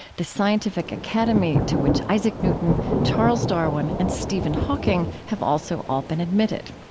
the scientific academy to which isaac newton, charles darwin, and stephen hawking have also all been admitted.